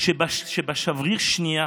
שבשבריר השנייה,